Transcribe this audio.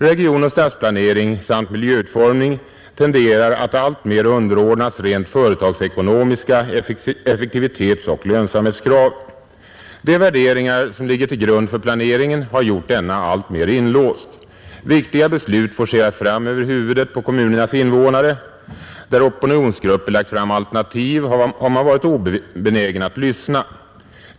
Regionoch stadsplanering samt miljöutformning tenderar att alltmer underordnas rent företagsekonomiska effektivitetsoch lönsamhetskrav. De värderingar som ligger till grund för planeringen har gjort denna alltmer inlåst. Viktiga beslut forceras fram över huvudet på kommunernas invånare. När opinionsgrupper lagt fram alternativ, har man varit obenägen att lyssna.